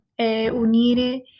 unire